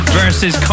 versus